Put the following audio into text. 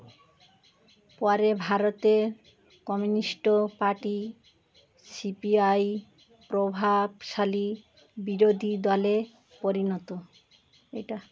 পরে ভারতের communist party C P I প্রভাবশালী বিরোধী দলে পরিণত এটা